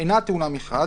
אינה טעונה מכרז,